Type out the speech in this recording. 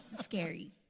Scary